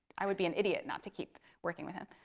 i would be an idiot not to keep working with him.